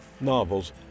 novels